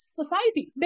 society